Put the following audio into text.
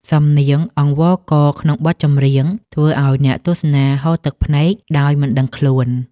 សំនៀងអង្វរករក្នុងបទចម្រៀង ធ្វើឱ្យអ្នកទស្សនាហូរទឹកភ្នែកដោយមិនដឹងខ្លួន។